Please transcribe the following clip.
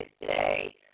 today